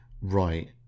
right